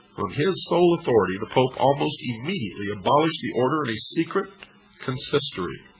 on his sole authority the pope almost immediately abolished the order of a secret consistory.